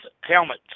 helmet